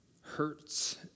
hurts